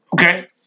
Okay